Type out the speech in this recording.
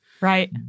Right